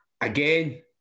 Again